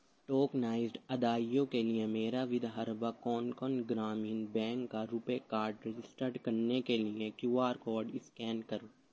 tokenized ادائیوں کے لیے میرا ودہربا کونکن گرامین بینک کا روپے کارڈ رجسٹر کرنے کے لیے کیو آر کوڈ اسکین کرو